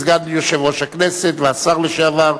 סגן יושב-ראש הכנסת והשר לשעבר,